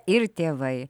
ir tėvai